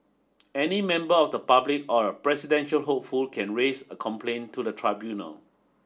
any member of the public or a presidential hopeful can raise a complaint to the tribunal